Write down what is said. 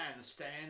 stand